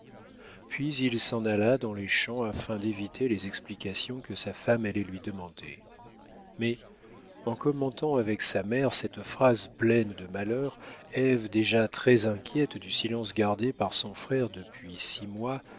puis il s'en alla dans les champs afin d'éviter les explications que sa femme allait lui demander mais en commentant avec sa mère cette phrase pleine de malheurs ève déjà très inquiète du silence gardé par son frère depuis six mois